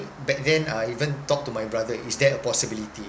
back then I even talked to my brother is there a possibility